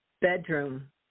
bedroom